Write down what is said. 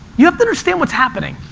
you have to understand what's happening.